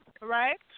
right